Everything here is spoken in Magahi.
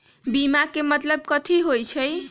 बीमा के मतलब कथी होई छई?